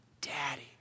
Daddy